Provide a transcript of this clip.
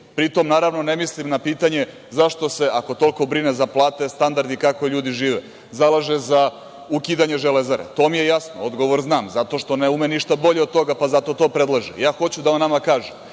Pritom, naravno, ne mislim na pitanje – zašto se, ako toliko brine za plate, standard i kako ljudi žive, zalaže za ukidanje Železare? To mi je jasno. Odgovor znam. Zato što ne ume ništa bolje od toga, pa zato to predlaže. Ja hoću da on nama kaže,